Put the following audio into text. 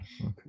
Okay